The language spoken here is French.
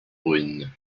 brune